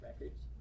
records